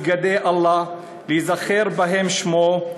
"מְנֻוָּלִים מכל הם החוסמים את מסגדי אלוהים ומונעים את הזכרת שמו בהם,